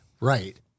right